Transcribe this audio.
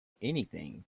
anything